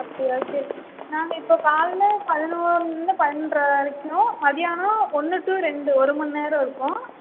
அப்படியா சரி நாங்கள் இப்போ காலையில பதினொருலருந்து பன்னென்ற வரைக்கும் மதியானம் ஒன்று டு ரெண்டு ஒருமண் நேரம் இருக்கும்